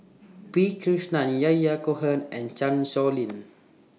P Krishnan Yahya Cohen and Chan Sow Lin